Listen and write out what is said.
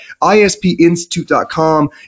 ISPinstitute.com